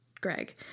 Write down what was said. Greg